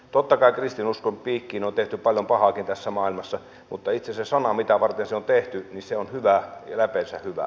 totta kai kristinuskon piikkiin on tehty paljon pahaakin tässä maailmassa mutta itse se sana mitä varten se on tehty on hyvä ja läpeensä hyvä